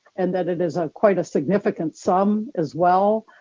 and that it is a quite a significant sum as well.